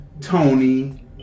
tony